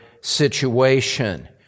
situation